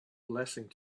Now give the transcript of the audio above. blessing